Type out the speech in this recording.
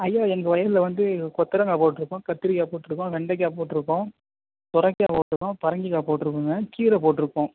ஐயா எங்கள் வயலில் வந்து கொத்தவரங்காய் போட்டிருக்கோம் கத்திரிக்காய் போட்டிருக்கோம் வெண்டைக்காய் போட்டிருக்கோம் சுரைக்காய் போட்டிருக்கோம் பரங்கிக்காய் போட்டிருக்கோங்க கீரை போட்டிருக்கோம்